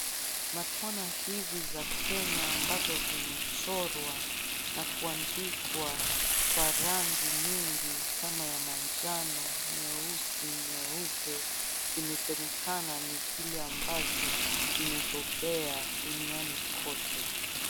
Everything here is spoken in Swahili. Matwana hizi za kenya ambazo zimechorwa na kuandikwa kwa rangi nyingi kama ya manjano ,nyeusi, nyeupe, zimesekana ni zile ambazo zimebombea duniani kote.